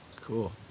Cool